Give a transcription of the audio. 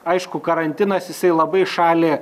aišku karantinas jisai labai šalį